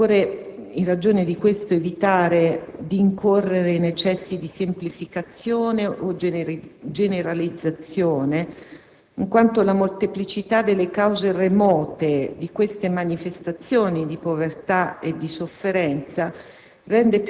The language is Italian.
Occorre, in ragione di ciò, evitare di incorrere in eccessi di semplificazione o generalizzazione, in quanto la molteplicità delle cause remote di queste manifestazioni di povertà e di sofferenza